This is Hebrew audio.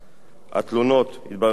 התלונות יתבררו על-ידי תובע,